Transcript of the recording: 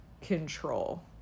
control